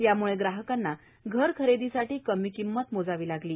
त्यामुळे ग्राहकांना घर खरेदीसाठी कमी किंमत मोजावी लागेल